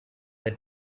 the